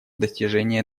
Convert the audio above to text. достижении